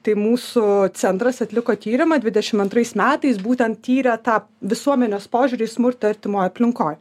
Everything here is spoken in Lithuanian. tai mūsų centras atliko tyrimą dvidešim antrais metais būtent tyrė tą visuomenės požiūrį į smurtą artimoj aplinkoj